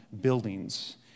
buildings